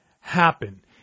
happen